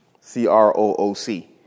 C-R-O-O-C